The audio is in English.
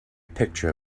picture